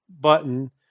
button